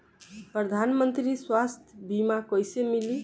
प्रधानमंत्री स्वास्थ्य बीमा कइसे मिली?